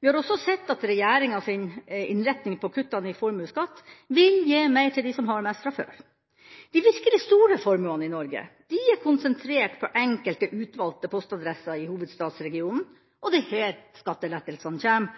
Vi har også sett at regjeringas innretning på kuttene i formuesskatt vil gi mer til dem som har mest fra før. De virkelig store formuene i Norge er konsentrert på enkelte utvalgte postadresser i hovedstadsregionen – og det er her skattelettelsene